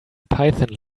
python